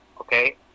Okay